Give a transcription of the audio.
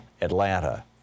Atlanta